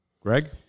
Greg